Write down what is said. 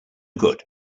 good